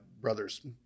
brother's